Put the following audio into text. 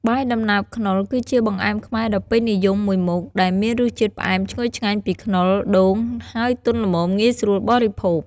បាយដំណើបខ្នុរ គឺជាបង្អែមខ្មែរដ៏ពេញនិយមមួយមុខ ដែលមានរសជាតិផ្អែមឈ្ងុយឆ្ងាញ់ពីខ្នុរ ដូង ហើយទន់ល្មមងាយស្រួលបរិភោគ។